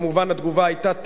כמובן התגובה היתה טרור,